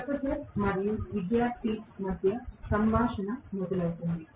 professor మరియు విద్యార్థి మధ్య సంభాషణ మొదలవుతుంది